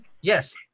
Yes